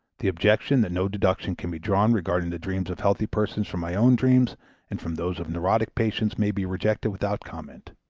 the objection that no deduction can be drawn regarding the dreams of healthy persons from my own dreams and from those of neurotic patients may be rejected without comment.